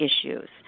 issues